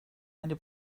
eine